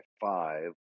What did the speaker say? five